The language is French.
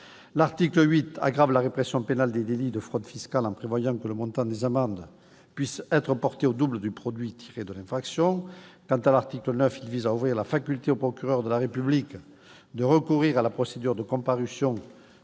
L'article 8 aggrave la répression pénale des délits de fraude fiscale en prévoyant que le montant des amendes puisse être porté au double du produit tiré de l'infraction. L'article 9 vise à ouvrir la faculté au procureur de la République de recourir à la procédure de comparution